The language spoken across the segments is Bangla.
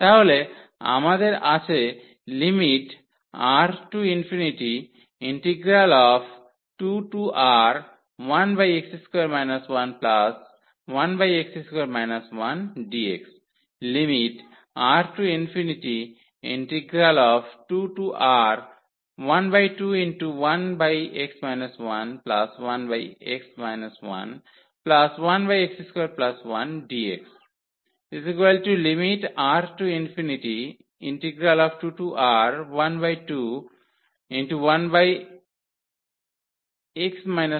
তাহলে আমাদের আছে lim⁡R→∞ 2R1x2 11x2 1dx lim⁡R→∞2R121x 11x 11x21dx lim⁡R→∞2R121x 1dx 2R121x1dx2R1x21dx lim⁡R→∞12ln x 1x1 x 2R lim⁡R→∞12ln R 1R1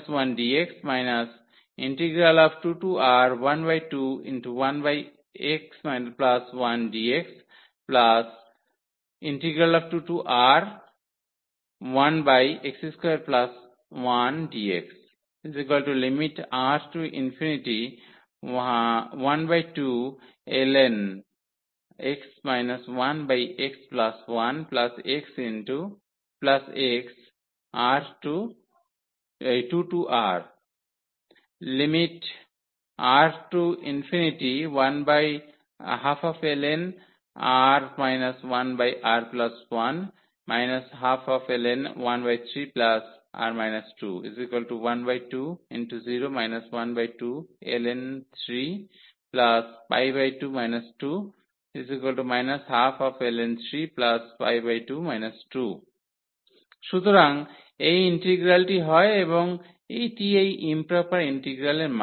12ln 13R 2 12×0 12ln 3 2 2 12ln 3 2 2 সুতরাং এই ইন্টিগ্রালটি হয় এবং এটি এই ইম্প্রপার ইন্টিগ্রালের মান